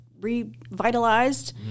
revitalized